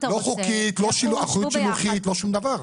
לא חוקית, לא אחריות שילוחית, לא שום דבר.